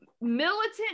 militant